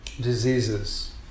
diseases